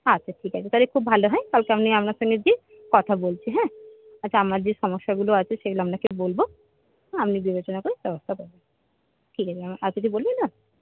আচ্ছা ঠিক আছে তাহলে খুব ভালো হয় কালকে আমি আপনার সঙ্গে গিয়ে কথা বলছি হ্যাঁ আচ্ছা আমার যে সমস্যাগুলো আছে সেগুলো আপনাকে বলবো হ্যাঁ আপনি বিবেচনা করে ব্যবস্থা করবেন ঠিক আছে ম্যাম আর কিছু বলবেন ম্যাম